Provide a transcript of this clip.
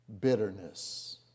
Bitterness